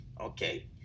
okay